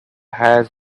had